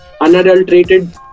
unadulterated